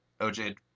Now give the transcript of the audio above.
OJ